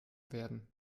werden